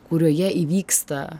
kurioje įvyksta